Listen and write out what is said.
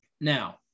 Now